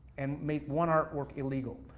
and make one art work illegal.